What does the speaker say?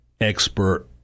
expert